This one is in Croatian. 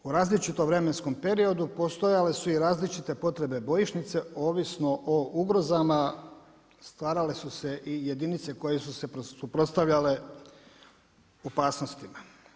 U različitom vremenskom periodu postojale su i različite potrebe bojišnice ovisno o ugrozama, stvarale su se i jedinice koje su se suprotstavljale opasnostima.